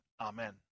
Amen